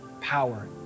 power